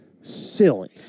silly